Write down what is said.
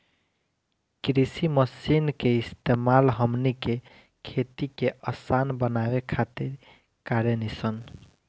कृषि मशीन के इस्तेमाल हमनी के खेती के असान बनावे खातिर कारेनी सन